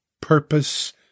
purpose